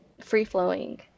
free-flowing